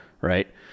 right